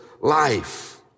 life